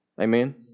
Amen